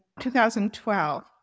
2012